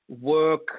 work